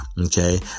okay